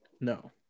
no